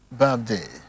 birthday